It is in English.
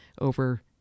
over